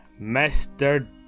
Mr